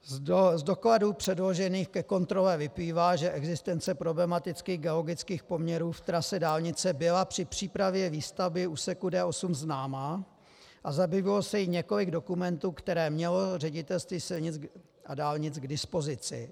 Z dokladů předložených ke kontrole vyplývá, že existence problematických geologických poměrů v trase dálnice byla při přípravě výstavby úseku D8 známa a zabývalo se jí několik dokumentů, které mělo Ředitelství silnic a dálnic k dispozici.